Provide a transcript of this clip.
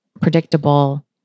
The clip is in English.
predictable